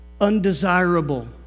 undesirable